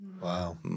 Wow